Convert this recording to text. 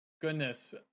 goodness